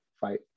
Fight